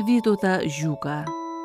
vytautą žiūką